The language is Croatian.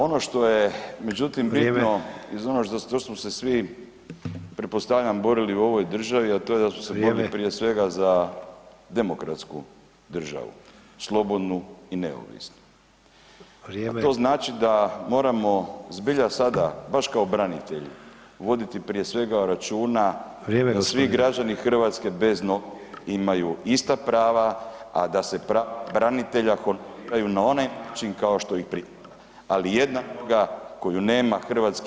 Ono što je međutim bitno [[Upadica: Vrijeme.]] iz ono što smo se svi pretpostavljam borili u ovoj, a to je da smo se borili [[Upadica: Vrijeme.]] prije svega za demokratsku državu, slobodnu i neovisnu [[Upadica: Vrijeme.]] a to znači da moramo zbilja sada baš kao branitelji voditi prije svega računa [[Upadica: Vrijeme gospodine.]] da svi građani Hrvatske bez nogu imaju ista prava, a da se prava branitelja honoriraju na onaj način kao što i prije, ali jednakoga koju nema hrvatski